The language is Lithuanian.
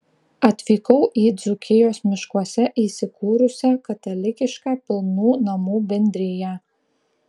atvykau į dzūkijos miškuose įsikūrusią katalikišką pilnų namų bendriją